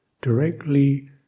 directly